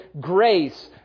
grace